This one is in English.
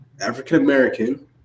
African-American